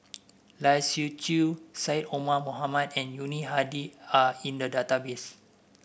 Lai Siu Chiu Syed Omar Mohamed and Yuni Hadi are in the database